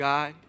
God